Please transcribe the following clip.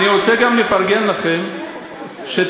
אני רוצה גם לפרגן לכם שתמכתם,